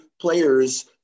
players